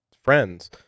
Friends